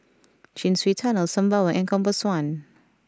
Chin Swee Tunnel Sembawang and Compass One